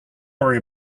worry